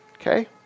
Okay